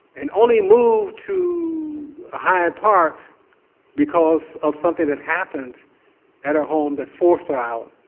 and only moved to hyde park because of something that happened at her home that forced her out,